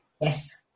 Yes